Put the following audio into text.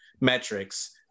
metrics